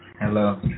Hello